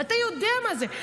ואתה יודע מה זה,